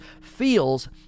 feels